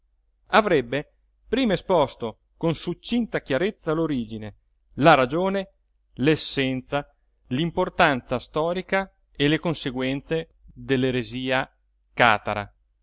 avrebbe prima esposto con succinta chiarezza l'origine la ragione l'essenza l'importanza storica e le conseguenze dell'eresia catara